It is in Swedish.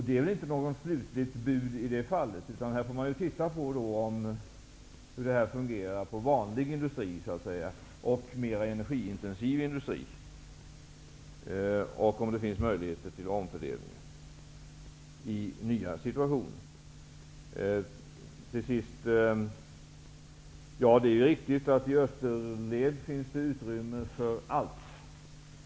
Det är inget slutgiltigt bud, utan man får se hur det fungerar för både den ''vanliga'' och den mer energiintensiva industrin och om det finns möjligheter till omfördelning i nya situationer. Det är riktigt att det i österled finns utrymme för allt.